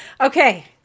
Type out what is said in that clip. Okay